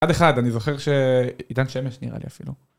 עד אחד, אני זוכר שעידן שמש נראה לי אפילו..